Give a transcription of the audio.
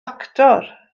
actor